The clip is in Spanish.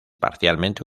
parcialmente